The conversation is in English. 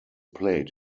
played